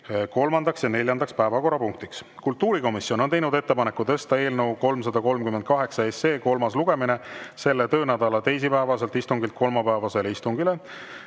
kolmandaks ja neljandaks päevakorrapunktiks. Kultuurikomisjon on teinud ettepaneku tõsta eelnõu 338 kolmas lugemine selle töönädala teisipäevaselt istungilt kolmapäevasele istungile.